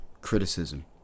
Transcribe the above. criticism